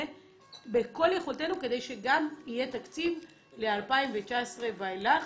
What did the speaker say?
בכל יכולתנו כדי שגם יהיה תקציב ל-2019 ואילך.